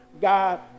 God